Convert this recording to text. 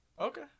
Okay